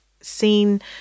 seen